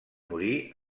morir